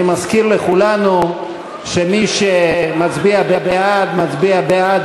אני מזכיר לכולנו שמי שמצביע בעד מצביע בעד